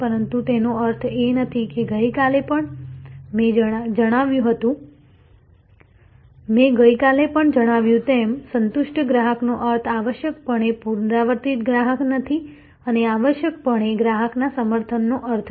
પરંતુ તેનો અર્થ એ નથી કે મેં ગઈકાલે પણ જણાવ્યું તેમ સંતુષ્ટ ગ્રાહકનો અર્થ આવશ્યકપણે પુનરાવર્તિત ગ્રાહક નથી અને આવશ્યકપણે ગ્રાહકના સમર્થનનો અર્થ નથી